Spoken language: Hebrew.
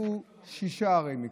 קבעו שש ערי מקלט.